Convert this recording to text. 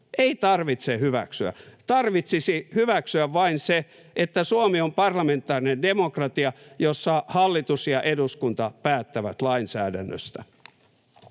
Ei tarvitse hyväksyä. Tarvitsisi hyväksyä vain se, että Suomi on parlamentaarinen demokratia, jossa hallitus ja eduskunta päättävät lainsäädännöstä.